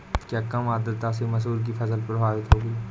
क्या कम आर्द्रता से मसूर की फसल प्रभावित होगी?